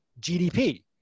GDP